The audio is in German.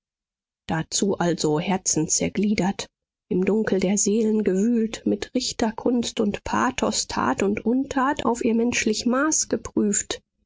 dazu also herzen zergliedert im dunkel der seelen gewühlt mit richterkunst und pathos tat und untat auf ihr menschlich maß geprüft